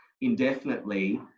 indefinitely